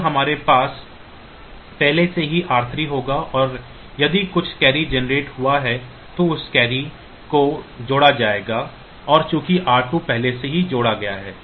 तो यह हमारे पास पहले से ही r3 होगा और यदि कुछ कैरी जनरेट हुआ है तो उस कैरी को जोड़ा जाएगा और चूंकि r2 पहले से ही जोड़ा गया है